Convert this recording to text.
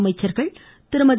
அமைச்சர்கள் திருமதி